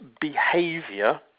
behavior